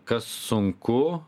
kas sunku